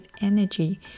energy